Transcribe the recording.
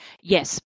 Yes